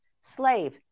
Slave